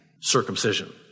circumcision